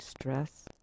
stress